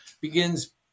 begins